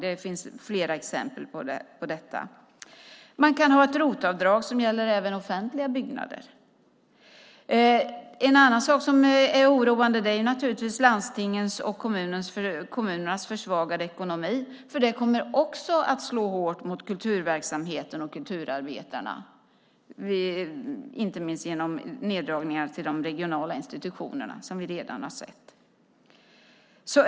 Det finns flera exempel på detta. Man kan ha ett ROT-avdrag som gäller även offentliga byggnader. En annan sak som är oroande är naturligtvis landstingens och kommunernas försvagade ekonomi. Det kommer också att slå hårt mot kulturverksamheten och kulturarbetarna, inte minst genom neddragningar till de regionala institutionerna, som vi redan har sett.